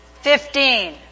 Fifteen